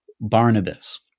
Barnabas